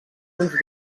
uns